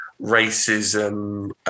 racism